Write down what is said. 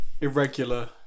irregular